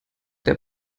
der